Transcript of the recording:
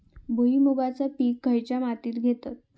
भुईमुगाचा पीक खयच्या मातीत घेतत?